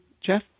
Jeff